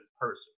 person